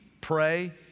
pray